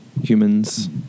humans